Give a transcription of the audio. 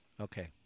Okay